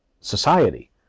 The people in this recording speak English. society